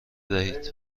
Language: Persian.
دهید